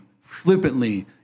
flippantly